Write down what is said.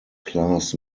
class